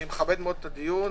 אני מכבד מאוד את הדיון.